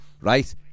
right